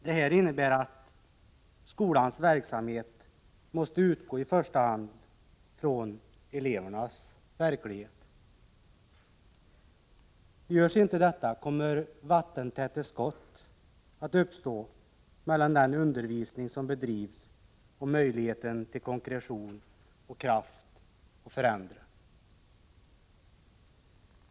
Detta innebär att skolans verksamhet i första hand måste utgå från elevernas verklighet. Görs inte detta, kommer vattentäta skott att uppstå mellan den undervisning som bedrivs och möjligheten till konkretion och kraft att förändra.